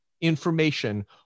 information